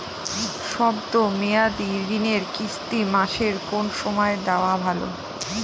শব্দ মেয়াদি ঋণের কিস্তি মাসের কোন সময় দেওয়া ভালো?